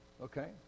okay